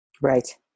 Right